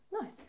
Nice